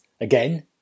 again